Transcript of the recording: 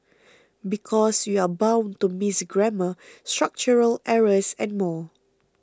because you're bound to miss grammar structural errors and more